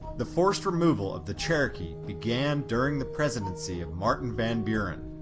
the forced removal of the cherokee began during the presidency of martin van buren.